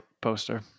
poster